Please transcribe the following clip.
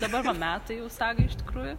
dabar va metai jau sagai iš tikrųjų